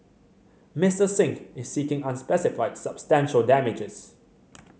Mister Singh is seeking unspecified substantial damages